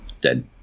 Dead